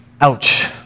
Ouch